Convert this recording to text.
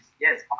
yes